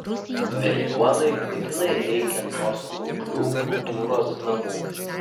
veliuonai būtinai reikia nors kuklių kultūros namų